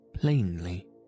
plainly